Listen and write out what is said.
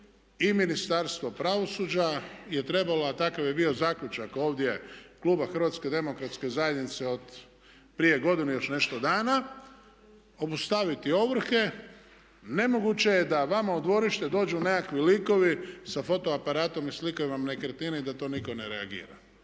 i Ministarstvo pravosuđa je trebalo, a takav je bio zaključak ovdje kluba HDZ-a od prije godinu i još nešto dana, obustaviti ovrhe. Nemoguće je da vama u dvorište dođu nekakvi likovi s fotoaparatom i slikaju vam nekretnine i da to nitko ne reagira.